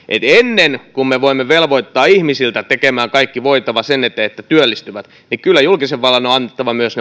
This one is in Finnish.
ennen kuin me voimme velvoittaa ihmisiä tekemään kaikki voitava sen eteen että työllistyvät niin kyllä julkisen vallan on annettava myös